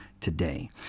today